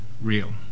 real